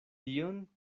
tion